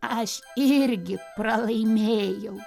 aš irgi pralaimėjau